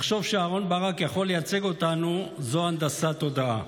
לחשוב שאהרן ברק יכול לייצג אותנו זה הנדסת תודעה.